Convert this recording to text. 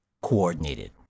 Coordinated